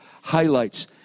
highlights